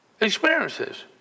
experiences